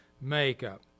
makeup